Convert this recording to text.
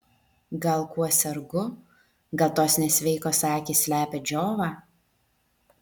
gal kuo sergu gal tos nesveikos akys slepia džiovą